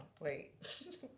wait